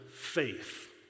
faith